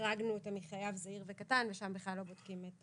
שהחרגנו אותה מחייב זעיר וקטן ושם בכלל לא בודקים את